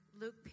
Luke